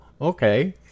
okay